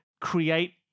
create